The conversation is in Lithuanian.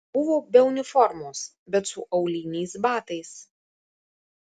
buvo be uniformos bet su auliniais batais